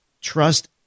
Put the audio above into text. trust